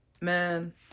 Man